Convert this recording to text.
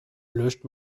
löscht